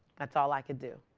that's all i could do.